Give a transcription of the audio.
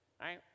right